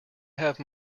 have